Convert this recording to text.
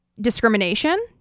discrimination